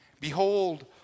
Behold